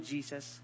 Jesus